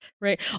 Right